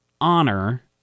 honor